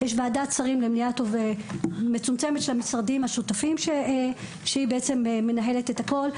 יש ועדת שרים מצומצמת של המשרדים השותפים שמנהלת הכול.